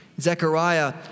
Zechariah